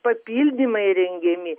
papildymai rengiami